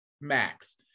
max